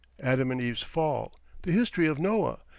adam and eve's fall, the history of noah,